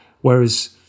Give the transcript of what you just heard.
Whereas